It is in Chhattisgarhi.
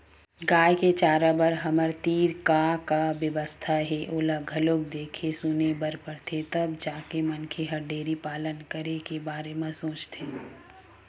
गाय के चारा बर हमर तीर का का बेवस्था हे ओला घलोक देखे सुने बर परथे तब जाके मनखे ह डेयरी पालन करे के बारे म सोचथे